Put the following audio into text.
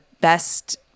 best